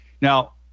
Now